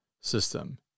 system